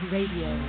Radio